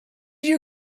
you